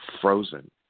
frozen